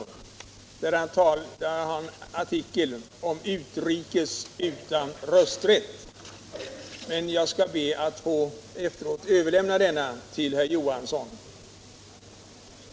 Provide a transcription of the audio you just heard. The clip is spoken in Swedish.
Den har rubriken ”Utrikes utan rösträtt”, och jag skall be att senare få överlämna den till herr Johansson.